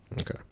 Okay